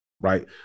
right